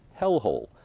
hellhole